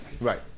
right